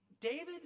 david